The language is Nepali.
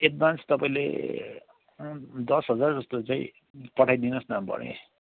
एडभान्स तपाईँले दस हजार जस्तो चाहिँ पठाइदिनु होस् न भरे